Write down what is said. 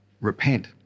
repent